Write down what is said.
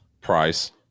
price